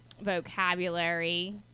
vocabulary